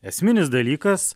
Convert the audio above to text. esminis dalykas